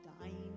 dying